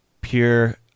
pure